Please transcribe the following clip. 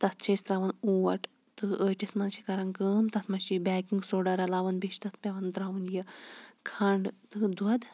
تَتھ چھُ اَسہِ تراوُن اوٹ تہٕ ٲٹِس مَنٛز چھِ کَران کٲم تَتھ مَنٛز چھِ بیکِنٛگ سوڈا رَلاوان بیٚیہِ چھُ تَتھ پیٚوان تراوُن یہِ کھَنٛڈ تہٕ دۄد